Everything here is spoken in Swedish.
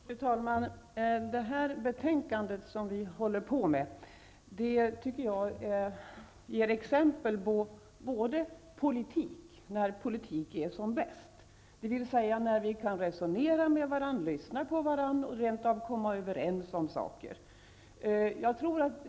Fru talman! Det betänkande som vi nu behandlar tycker jag ger exempel på politik när politik är som bäst, dvs. att vi kan resonera med varandra, lyssna på varandra och rent av komma överens om saker.